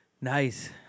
Nice